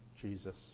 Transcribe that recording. Jesus